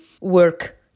work